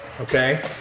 okay